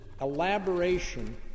elaboration